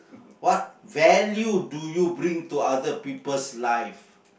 what value do you bring to other people lives